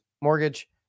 mortgage